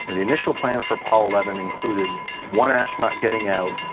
the initial plan for apollo eleven included one astronaut getting out,